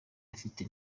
afite